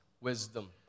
wisdom